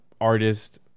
artist